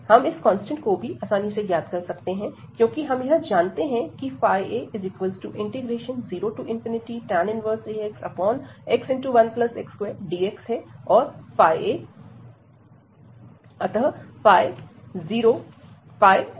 हम इस कांस्टेंट को भी आसानी से ज्ञात कर सकते हैं क्योंकि हम यह जानते हैं की a0tan 1axx1x2dx और a अतः 00